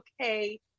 okay